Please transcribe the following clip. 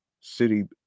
City